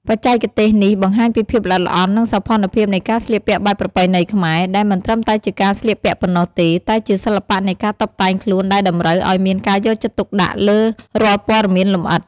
បច្ចេកទេសនេះបង្ហាញពីភាពល្អិតល្អន់ និងសោភ័ណភាពនៃការស្លៀកពាក់បែបប្រពៃណីខ្មែរ ដែលមិនត្រឹមតែជាការស្លៀកពាក់ប៉ុណ្ណោះទេ តែជាសិល្បៈនៃការតុបតែងខ្លួនដែលតម្រូវឲ្យមានការយកចិត្តទុកដាក់លើរាល់ព័ត៌មានលម្អិត។